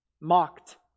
mocked